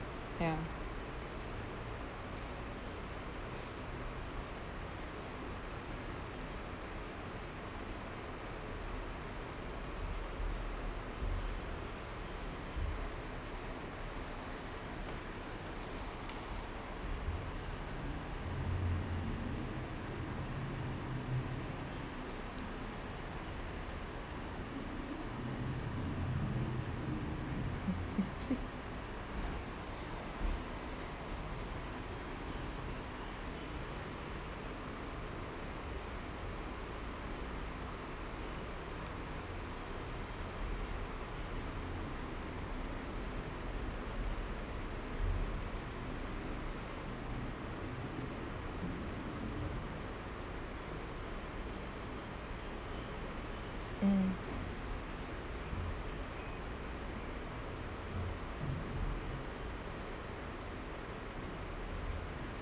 ya mm